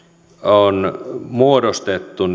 on muodostettu